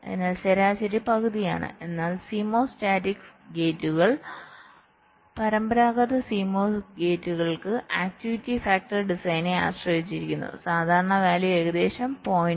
അതിനാൽ ശരാശരി പകുതിയാണ് എന്നാൽ CMOS സ്റ്റാറ്റിക് ഗേറ്റുകൾക്ക് പരമ്പരാഗത CMOS ഗേറ്റുകൾക്ക് ആക്ടിവിറ്റി ഫാക്ടർ ഡിസൈനിനെ ആശ്രയിച്ചിരിക്കുന്നു സാധാരണ വാല്യൂ ഏകദേശം 0